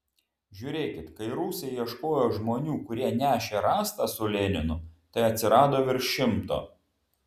žiūrėkit kai rusai ieškojo žmonių kurie nešė rastą su leninu tai atsirado virš šimto